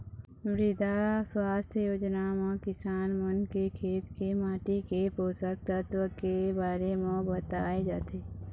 मृदा सुवास्थ योजना म किसान मन के खेत के माटी के पोसक तत्व के बारे म बताए जाथे